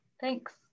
thanks